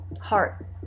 heart